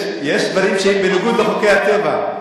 יש דברים שהם בניגוד לחוקי הטבע.